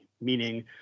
meaning